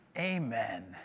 Amen